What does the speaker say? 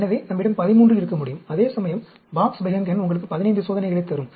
எனவே நம்மிடம் 13 இருக்க முடியும் அதேசமயம் பாக்ஸ் பெஹன்கென் உங்களுக்கு 15 சோதனைகளைத் தரும்